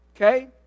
Okay